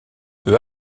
peu